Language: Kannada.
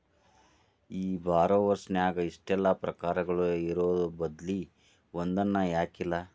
ಈ ಬಾರೊವರ್ಸ್ ನ್ಯಾಗ ಇಷ್ಟೆಲಾ ಪ್ರಕಾರಗಳು ಇರೊಬದ್ಲಿ ಒಂದನ ಯಾಕಿಲ್ಲಾ?